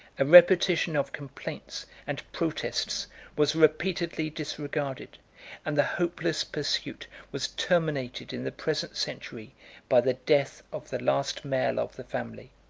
a repetition of complaints and protests was repeatedly disregarded and the hopeless pursuit was terminated in the present century by the death of the last male of the family.